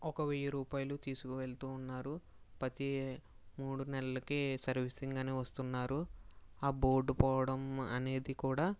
ఒక వెయ్యి రూపాయలు తీసుకువెళ్తూ ఉన్నారు ప్రతీ మూడు నెలలకి సర్వీసింగ్ అని వస్తున్నారు బోర్డు పోవడం అనేది కూడా